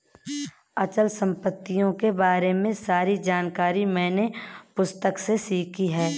अचल संपत्तियों के बारे में सारी जानकारी मैंने पुस्तक से सीखी है